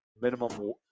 minimum